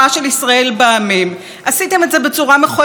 בניגוד לרצונם של הרבה אנשים שהצביעו בשביל החוק הזה.